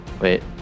Wait